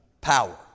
power